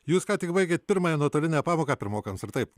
jūs ką tik baigėt pirmąją nuotolinę pamoką pirmokams ar taip